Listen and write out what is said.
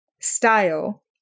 style